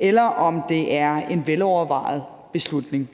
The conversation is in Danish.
eller om det er en velovervejet beslutning.